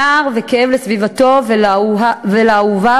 צער וכאב לסביבתו ולאהוביו,